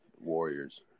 Warriors